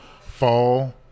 fall